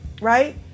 right